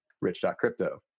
rich.crypto